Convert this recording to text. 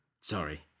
sorry